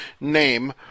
name